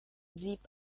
sieb